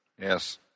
Yes